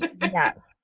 yes